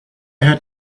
had